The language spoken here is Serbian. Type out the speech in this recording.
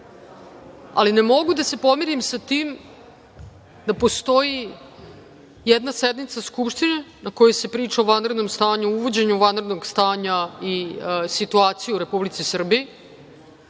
ali ne mogu da se pomirim sa tim da postoji jedna sednica Skupštine na kojoj se priča o vanrednom stanju, o uvođenju vanrednog stanja i situaciji u Republici Srbiji